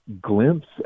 glimpse